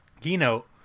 keynote